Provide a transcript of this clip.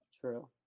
true